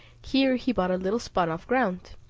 here he bought a little spot of ground,